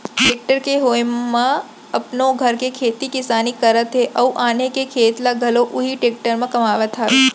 tractor के होय म अपनो घर के खेती किसानी करत हें अउ आने के खेत ल घलौ उही टेक्टर म कमावत हावयँ